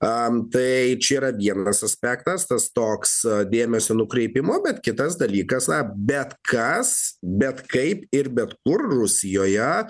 tai čia yra vienas aspektas tas toks dėmesio nukreipimo bet kitas dalykas na bet kas bet kaip ir bet kur rusijoje